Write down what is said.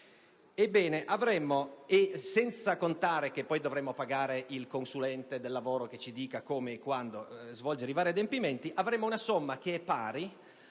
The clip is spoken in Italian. senza contare che poi dovremo pagare il consulente del lavoro che ci dirà come e quando svolgere i vari adempimenti, avremo una somma tre volte